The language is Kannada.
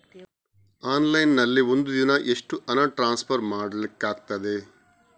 ಆನ್ಲೈನ್ ನಲ್ಲಿ ಒಂದು ದಿನ ಎಷ್ಟು ಹಣ ಟ್ರಾನ್ಸ್ಫರ್ ಮಾಡ್ಲಿಕ್ಕಾಗ್ತದೆ?